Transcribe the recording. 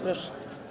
Proszę.